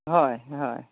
হয় হয়